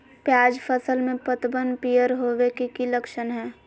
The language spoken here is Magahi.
प्याज फसल में पतबन पियर होवे के की लक्षण हय?